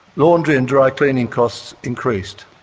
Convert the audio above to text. laundry and dry cleaning costs increased.